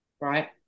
right